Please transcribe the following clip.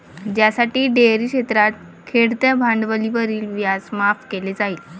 ज्यासाठी डेअरी क्षेत्रातील खेळत्या भांडवलावरील व्याज माफ केले जाईल